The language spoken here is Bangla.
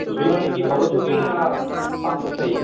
ছবি মানে কি বড়ো ছবি না পাসপোর্ট সাইজ